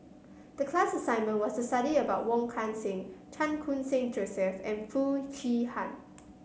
the class assignment was to study about Wong Kan Seng Chan Khun Sing Joseph and Foo Chee Han